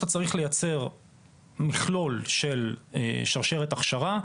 כשאתה צריך לייצר מכלול של שרשרת הכשרה,